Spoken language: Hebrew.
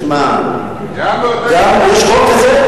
שמע, יש חוק כזה?